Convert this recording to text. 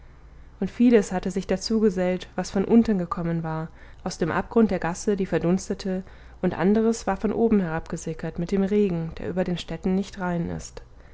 und vieles hatte sich dazugesellt was von unten gekommen war aus dem abgrund der gasse die verdunstete und anderes war von oben herabgesickert mit dem regen der über den städten nicht rein ist